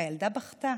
והילדה בכתה,